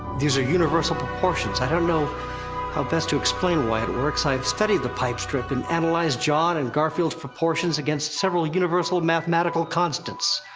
these are universal proportions, i don't know how best to explain why it works. i've studied the pipe strip and analyzed jon and garfield's proportions against several universal mathematical constants.